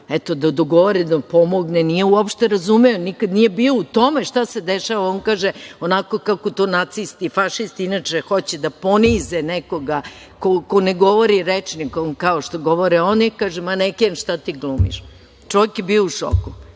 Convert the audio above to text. kaže, da dogovore, da mu pomogne, nije uopšte razumeo, nikad nije bio u tome šta se dešava. On kaže, onako kako to nacisti, fašisti inače hoće da ponize nekoga ko ne govori rečnikom kao što govore oni, maneken, šta ti glumiš. Čovek je bio u šoku.